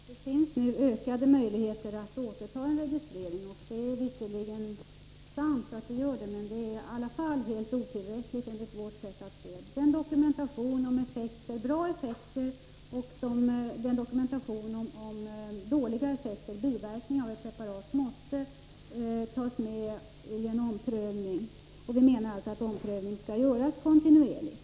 Fru talman! Kjell Nilsson sade att det nu finns större möjligheter att återkalla registreringen av ett läkemedel. Det är visserligen sant, men det är i alla fall helt otillräckligt enligt vårt sätt att se. En dokumentation om bra effekter och en dokumentation om dåliga effekter, biverkningar, av ett preparat måste tas med vid en omprövning. Vi menar att omprövning skall göras kontinuerligt.